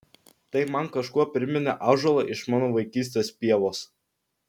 tai man kažkuo priminė ąžuolą iš mano vaikystės pievos